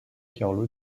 carlo